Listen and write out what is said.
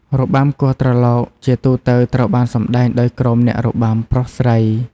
របាំគោះត្រឡោកជាទូទៅត្រូវបានសម្តែងដោយក្រុមអ្នករបាំប្រុស-ស្រី។